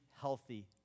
healthy